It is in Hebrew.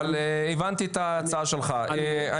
אבל הבנתי את ההצעה שלך.